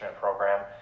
program